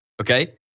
okay